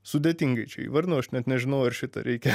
sudėtingai čia įvardinau aš net nežinau ar šitą reikia